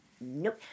nope